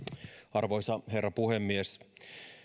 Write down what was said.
arvoisa herra puhemies